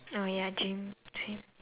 oh ya gym same